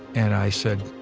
and i said,